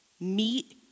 meet